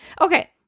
Okay